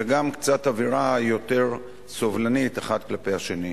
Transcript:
וגם קצת אווירה יותר סובלנית אחד כלפי השני.